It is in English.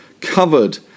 covered